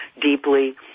deeply